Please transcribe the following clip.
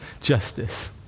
justice